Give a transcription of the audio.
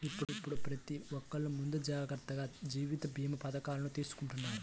ఇప్పుడు ప్రతి ఒక్కల్లు ముందు జాగర్తగా జీవిత భీమా పథకాలను తీసుకుంటన్నారు